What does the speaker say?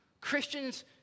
Christians